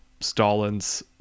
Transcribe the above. Stalin's